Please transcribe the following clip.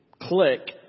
click